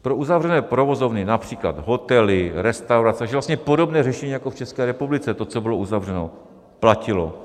Pro uzavřené provozovny, například hotely, restaurace, takže vlastně podobné řešení jako v České republice, to, co bylo uzavřeno, platilo.